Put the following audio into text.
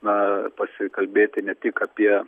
na pasikalbėti ne tik apie